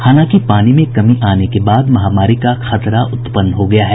हालांकि पानी में कमी आने के बाद महामारी का खतरा उत्पन्न हो गया है